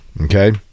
okay